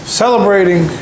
celebrating